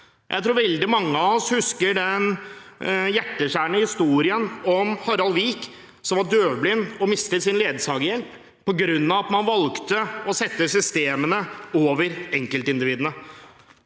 Jeg tror veldig mange av oss husker den hjerteskjærende historien om Harald Vik, som var døvblind, og som mistet sin ledsagerhjelp på grunn av at man valgte å sette systemet over enkeltindividet.